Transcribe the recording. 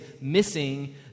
missing